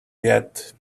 yet